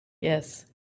Yes